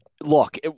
look